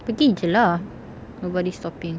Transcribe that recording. pergi jer lah nobody's stopping